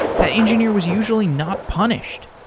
that engineer was usually not punished.